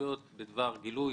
הרגולטוריות בדבר גילוי,